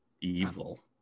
evil